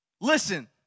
Listen